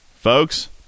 Folks